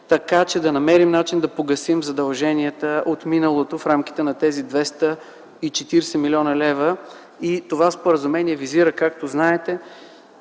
така че да намерим начин да погасим задълженията от миналото в рамките на тези 240 млн. лв. Това споразумение визира, както знаете,